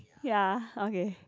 ya okay